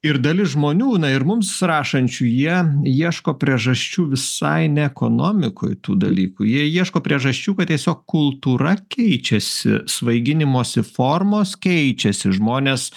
ir dalis žmonių na ir mums rašančių jie ieško priežasčių visai ne ekonomikoj tų dalykų jie ieško priežasčių kad tiesiog kultūra keičiasi svaiginimosi formos keičiasi žmonės